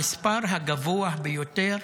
המספר הגבוה ביותר